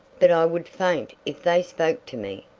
but i would faint if they spoke to me?